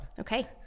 okay